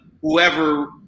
whoever